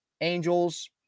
Angels